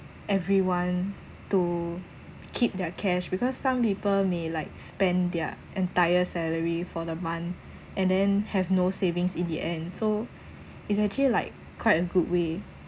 everyone to keep their cash because some people may like spend their entire salary for the month and then have no savings in the end so is actually like quite a good way